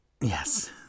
Yes